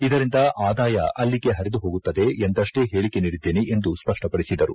ಇದರಿಂದ ಆದಾಯ ಅಲ್ಲಿಗೆ ಪರಿದು ಹೋಗುತ್ತದೆ ಎಂದಷ್ಟೇ ಹೇಳಿಕೆ ನೀಡಿದ್ದೇನೆ ಎಂದು ಸ್ಪಷ್ಟಪಡಿಸಿದರು